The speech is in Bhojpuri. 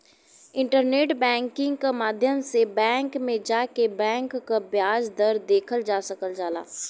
इंटरनेट बैंकिंग क माध्यम से बैंक में जाके बैंक क ब्याज दर देखल जा सकल जाला